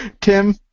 Tim